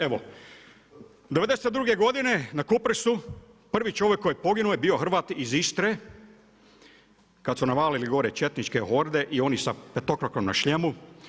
Evo, '92. godine, na Kupresu, prvi čovjek koji je poginuo je bio Hrvat iz Istre, kad su navalili gore četničke horde i oni sa petokrakom na šljemu.